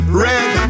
red